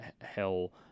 hell